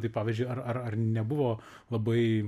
tai pavyzdžiui ar ar nebuvo labai